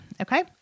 Okay